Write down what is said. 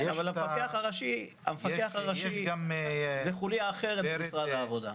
המפקח הראשי זה חוליה אחרת במשרד העבודה.